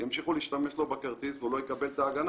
ימשיכו להשתמש לו בכרטיס והוא לא יקבל את ההגנה